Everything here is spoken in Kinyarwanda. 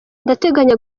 ndateganya